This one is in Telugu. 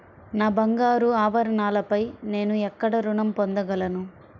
నా బంగారు ఆభరణాలపై నేను ఎక్కడ రుణం పొందగలను?